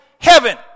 heaven